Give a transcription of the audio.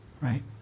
right